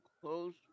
close